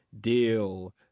deal